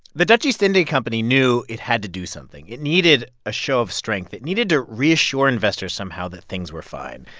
the dutch east india company knew it had to do something. it needed a show of strength. it needed to reassure investors somehow that things were fine.